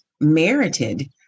merited